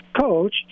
coach